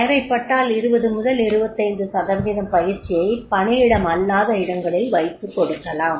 தேவைப்பட்டால் 20 முதல் 25 சதவிகிதம் பயிற்சியை பணியிடமல்லாத இடங்களில் வைத்துக் கொடுக்கலாம்